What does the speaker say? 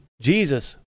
Jesus